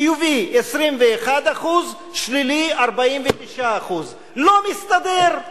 חיובי, 21%, שלילי, 49%. לא מסתדר.